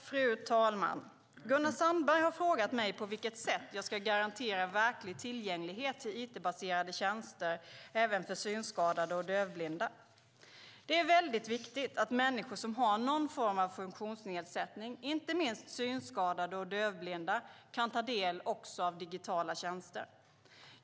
Fru talman! Gunnar Sandberg har frågat mig på vilket sätt jag ska garantera verklig tillgänglighet till it-baserade tjänster även för synskadade och dövblinda. Det är väldigt viktigt att människor som har någon form av funktionsnedsättning, inte minst synskadade och dövblinda, kan ta del också av digitala tjänster.